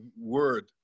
word